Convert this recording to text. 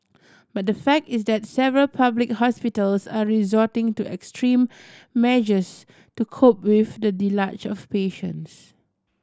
but the fact is that several public hospitals are resorting to extreme measures to cope with the of patients